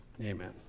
Amen